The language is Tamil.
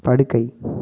படுக்கை